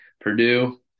Purdue